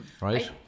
right